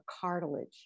cartilage